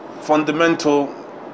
fundamental